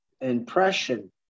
impression